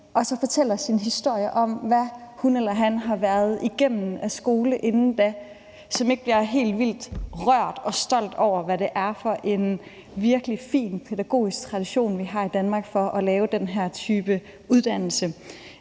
og fortæller sin historie om, hvad hun eller han har været igennem i skolen inden da, som ikke bliver helt vildt rørt og stolt over, hvad det er for en virkelig fin pædagogisk tradition, vi har i Danmark for at lave den her type uddannelse.